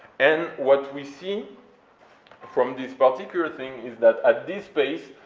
and what we see from this particular thing is that at this space,